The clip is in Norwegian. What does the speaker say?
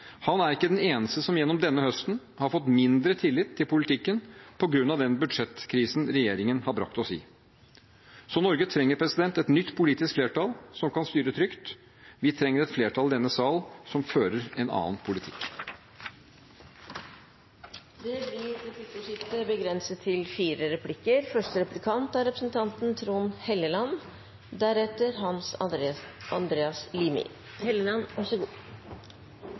Han er ikke alene. Han er ikke den eneste som gjennom høsten har fått mindre tillit til politikken på grunn av den budsjettkrisen regjeringen har brakt oss i. Så Norge trenger et nytt politisk flertall som kan styre trygt. Vi trenger et flertall i denne sal som fører en annen politikk. Det blir replikkordskifte.